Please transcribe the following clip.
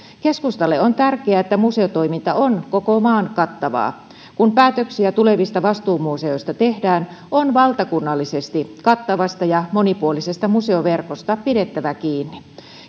keskustalle on tärkeää että museotoiminta on koko maan kattavaa kun päätöksiä tulevista vastuumuseoista tehdään on valtakunnallisesti kattavasta ja monipuolisesta museoverkosta pidettävä kiinni